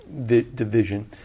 division